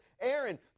Aaron